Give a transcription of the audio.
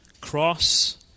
cross